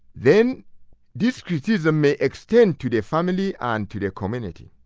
then this criticism may extend to their family and to their community.